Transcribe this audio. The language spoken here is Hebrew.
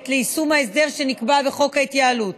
ליישום ההסדר שנקבע בחוק ההתייעלות.